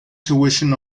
tuition